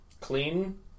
Clean